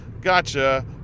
gotcha